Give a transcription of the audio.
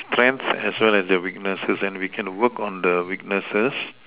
strength as well as their weaknesses and we can work on the weaknesses